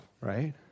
Right